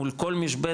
מול כל משבצת,